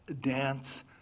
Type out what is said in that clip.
dance